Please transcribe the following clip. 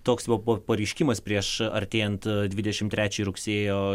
toks buvo pareiškimas prieš artėjant dvidešimt trečiajai rugsėjo